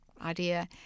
idea